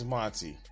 Monty